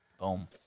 boom